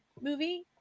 movie